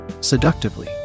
seductively